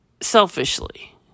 selfishly